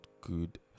good